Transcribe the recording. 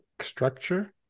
structure